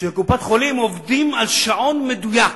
שבקופת-חולים עובדים על שעון מדויק.